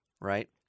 right